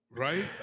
Right